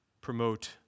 promote